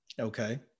Okay